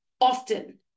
often